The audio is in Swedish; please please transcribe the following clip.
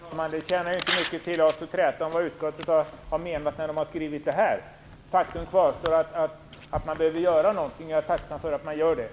Herr talman! Det tjänar inte mycket till att träta om vad utskottet har menat. Faktum kvarstår att man behöver göra någonting. Jag är tacksam för att man gör det.